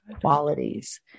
qualities